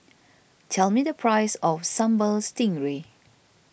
tell me the price of Sambal Stingray